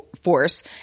force